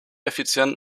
effizienz